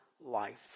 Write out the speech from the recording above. life